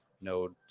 node